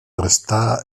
restà